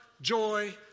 joy